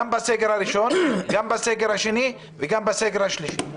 גם בסגר הראשון, גם בסגר השני וגם בסגר השלישי.